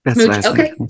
Okay